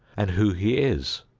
and who he is.